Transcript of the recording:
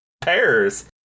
pairs